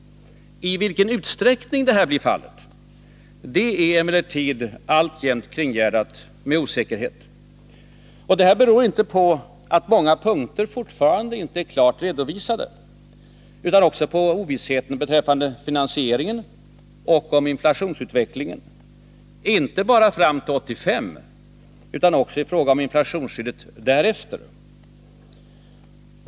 I vilken utsträckning detta blir fallet är emellertid alltjämt kringgärdat med osäkerhet. Detta beror inte bara på att många punkter fortfarande inte är klart redovisade utan också på ovissheten beträffande finansieringen och om inflationsutvecklingen, inte bara fram till år 1985 utan också i fråga om inflationsskyddet därefter.